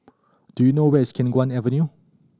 do you know where is Khiang Guan Avenue